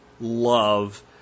love